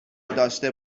داشته